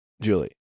Julie